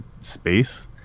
space